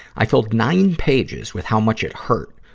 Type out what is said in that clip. i filled nine pages with how much it hurt,